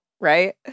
Right